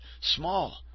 small